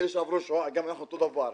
אלה שעברו שואה גם אנחנו אותו דבר.